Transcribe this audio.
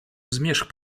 zmierzch